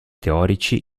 teorici